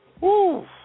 Woo